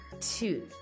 two